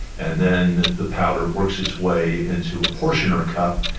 and then the powder works its way into a portioner cup,